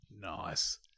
Nice